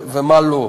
ומה לא.